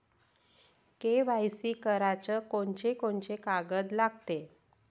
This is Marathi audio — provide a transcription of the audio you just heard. के.वाय.सी कराच कोनचे कोनचे कागद लागते?